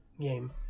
game